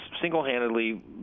single-handedly